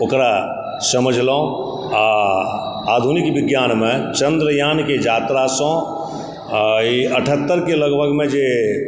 ओकरा समझलहुँ आ आधुनिक विज्ञानमे चंद्रयाणके यात्रासंँ अठहत्तरके लगभगमे जे